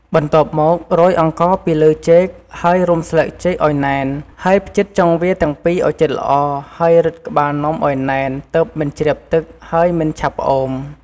បន្ទាប់មករោយអង្ករពីលើចេកហើយរុំស្លឹកចេកឱ្យណែន ហើយភ្ជិតចុងវាទាំងពីរឱ្យជិតល្អ ហើយរឹតក្បាលនំឱ្យណែនទើបមិនជ្រាបទឹកហើយមិនឆាប់ផ្អូម។